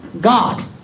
God